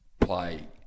play